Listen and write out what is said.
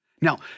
Now